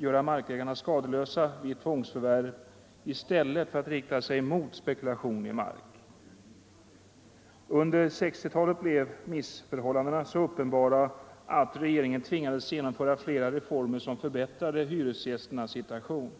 hålla markägarna skadeslösa vid tvångsförvärv, i stället för att rikta sig mot spekulation med mark. Under 1960-talet blev missförhållandena så uppenbara att regeringen tvingades genomföra flera reformer som förbättrade hyresgästernas situation.